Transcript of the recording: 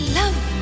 love